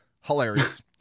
Hilarious